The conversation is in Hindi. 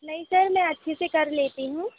नहीं सर मैं अच्छे से कर लेती हूँ